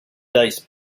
dice